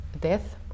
death